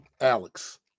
Alex